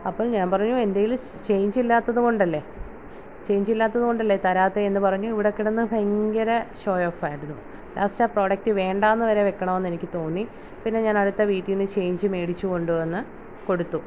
അപ്പോൾ ഞാൻ പറഞ്ഞു എൻറ്റേൽ ചേയ്ഞ്ചില്ലാത്തത് കൊണ്ടല്ലേ ചെയ്ഞ്ചില്ലാത്തത് കൊണ്ടല്ലേ തരാത്തേന്നു പറഞ്ഞു ഇവിടെ കിടന്ന് ഭയങ്കര ഷോ ഓഫായിരുന്നു ലാസ്റ്റാ പ്രൊഡക്റ്റ് വേണ്ടാന്ന് വരെ വെക്കണംന്ന് എനിക്ക് തോന്നി പിന്നെ ഞാൻ അടുത്ത വീട്ടീന്ന് ചെയ്ഞ്ച് മേടിച്ച് കൊണ്ടു വന്ന് കൊടുത്തു